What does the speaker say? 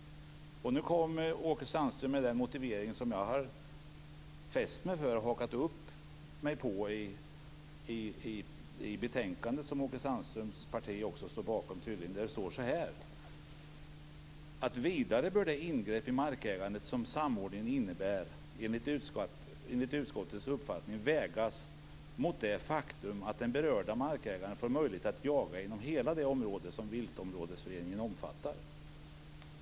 Nu kom Åke Sandström med den motivering som jag har fastnat vid och hakat upp mig på i det betänkande som tydligen också Åke Sandströms parti står bakom. Det står: Vidare bör det ingrepp i markägandet som samordningen innebär enligt utskottets uppfattning vägas mot det faktum att den berörda markägaren får möjlighet att jaga inom hela det område som viltområdesföreningen omfattar.